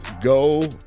go